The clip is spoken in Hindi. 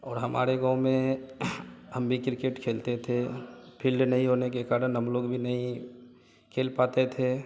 और हमारे गाँव में हम भी क्रिकेट खेलते थे फिल्ड नहीं होने के कारण हम भी नहीं खेल पाते थे